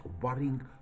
worrying